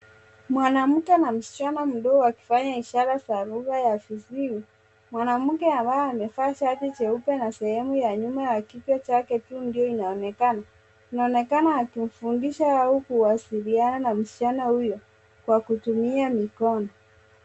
Mwanamke na msichana mdogo wakifanya ishara za lugha ya viziwi. Mwanamke ambaye amevaa shati jeupe na sehemu ya nyuma ya kichwa chake tu ndio inayoonekana. Anaonekana akimfundisha au kuwasiliana na msichana huyo kwa kutumia mikono.